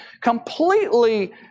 completely